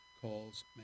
calls